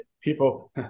People